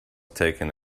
taking